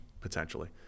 potentially